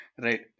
Right